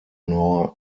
nor